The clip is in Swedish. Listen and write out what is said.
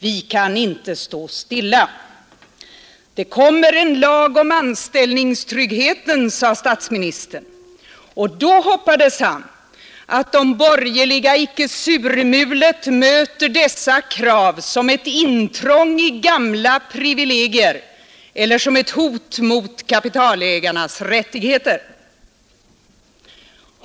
Vi kan inte stå stilla — det kommer en lag om anställningstryggheten, sade statsministern, och då hoppades han att de borgerliga ”icke surmulet möter dessa krav som ett intrång i gamla privilegier eller som ett hot mot kapitalägarnas rättigheter”.